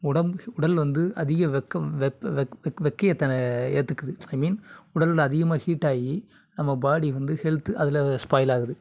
உடம்பு உடல் வந்து அதிக வெக்கை வெக் வெக் வெக் வெக்கையத்தன ஏற்றுக்குது ஐ மீன் உடலுள்ள அதிகமா ஹீட் ஆகி நம்ம பாடி வந்து ஹெல்த்து அதில் ஸ்பாயில் ஆகுது